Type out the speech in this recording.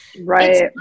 right